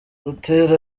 butera